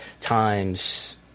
times